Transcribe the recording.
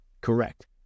Correct